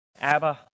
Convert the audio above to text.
Abba